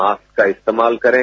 mask का इस्तेमाल करें